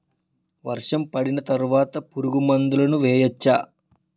వర్షం పడిన తర్వాత పురుగు మందులను వేయచ్చా?